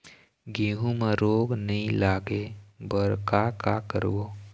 गेहूं म रोग नई लागे बर का का करबो?